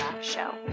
Show